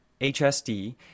hsd